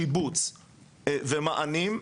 שיבוץ ומענים,